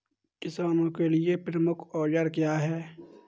किसानों के लिए प्रमुख औजार क्या हैं?